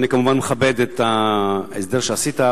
אני כמובן מכבד את ההסדר שעשית,